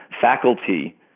faculty